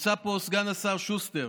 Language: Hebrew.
נמצא פה סגן השר שוסטר,